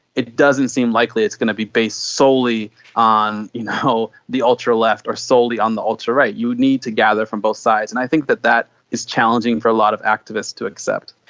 it doesn't seem likely it's going to be based solely on you know the ultra-left or solely on the ultra-right. you need to gather from both sides, and i think that that is challenging for a lot of activists to accept.